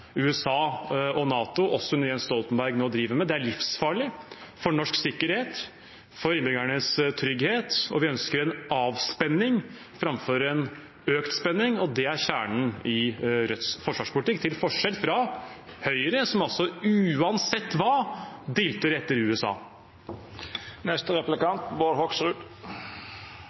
USA og NATO, også under Jens Stoltenberg, nå driver med. Det er livsfarlig for norsk sikkerhet og for innbyggernes trygghet. Vi ønsker avspenning framfor økt spenning. Det er kjernen i Rødts forsvarspolitikk, til forskjell fra Høyre, som uansett hva dilter etter USA.